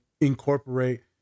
incorporate